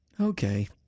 okay